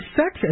sex